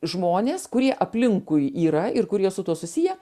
žmonės kurie aplinkui yra ir kurie su tuo susiję